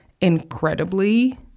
incredibly